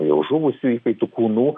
jau žuvusių įkaitų kūnų